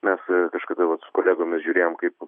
mes kažkada vat su kolegomis žiūrėjom kaip